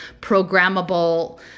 programmable